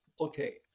okay